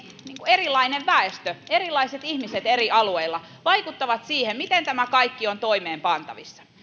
erilainen väestö erilaiset ihmiset eri alueilla vaikuttavat siihen miten tämä kaikki on toimeenpantavissa